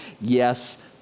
yes